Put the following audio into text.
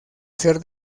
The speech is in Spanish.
ser